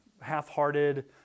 half-hearted